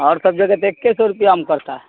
اور سب جگہ تو ایک کے سو روپیہ میں کرتا ہے